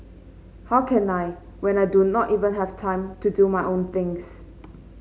how can I when I do not even have time to do my own things